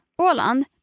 Åland